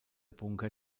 bunker